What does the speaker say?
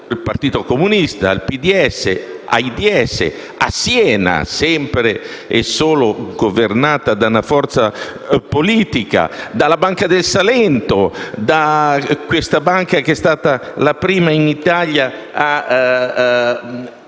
(dal Partito Comunista al PDS ai DS) a Siena, sempre e solo governata da una forza politica; alla Banca del Salento, poi Banca 121, che è stata la prima in Italia ad